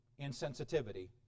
insensitivity